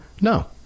No